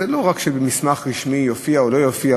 זה לא רק שבמסמך רשמי יופיע או לא יופיע,